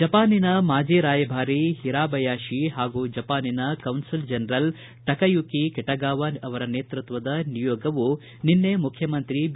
ಜಪಾನಿನ ಮಾಜಿ ರಾಯಭಾರಿ ಹಿರಾಬಯಾತಿ ಹಾಗೂ ಜಪಾನಿನ ಕೌನ್ಸಲ್ ಜನರಲ್ ಟಕಯುಕಿ ಕೆಟಗಾವ ಅವರ ನೇತೃತ್ವದ ನಿಯೋಗವು ನಿನ್ನೆ ಮುಖ್ಯಮಂತ್ರಿ ಬಿ